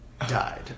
died